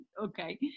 Okay